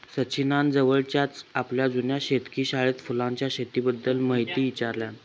सचिनान जवळच्याच आपल्या जुन्या शेतकी शाळेत फुलांच्या शेतीबद्दल म्हायती ईचारल्यान